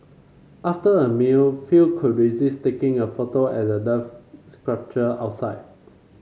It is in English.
after a meal few could resist taking a photo at the Love sculpture outside